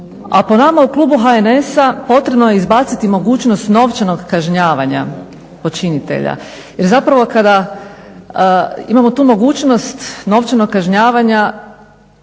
a po nama u klubu HNS-a potrebno je izbaciti mogućnost novčanog kažnjavanja počinitelja, jer zapravo kada imamo tu mogućnost novčanog kažnjavanja